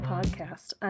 Podcast